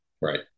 Right